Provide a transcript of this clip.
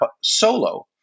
solo